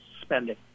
spending